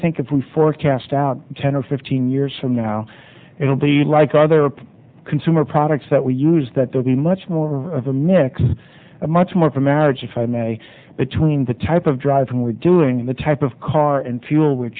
think if we forecast out ten or fifteen years from now it will be like either a consumer products that we use that there be much more of a mix of much more of a marriage if i may between the type of driving we're doing the type of car and fuel we